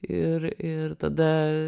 ir ir tada